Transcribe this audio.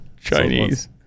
Chinese